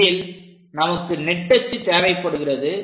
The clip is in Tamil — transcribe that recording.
இதில் நமக்கு நெட்டச்சு தேவைப்படுகிறது